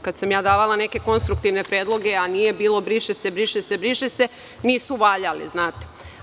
Kad sam ja davala neke konstruktivne predloge, a nije bilo - briše se; nisu valjali, znate?